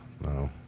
no